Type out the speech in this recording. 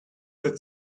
that